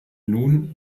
nun